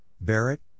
Barrett